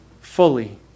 fully